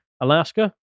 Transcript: Alaska